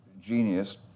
genius